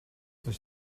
does